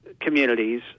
communities